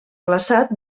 glaçat